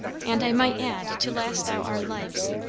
and i might add, to last out our lives.